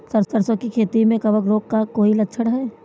सरसों की खेती में कवक रोग का कोई लक्षण है?